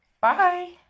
Bye